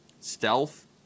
stealth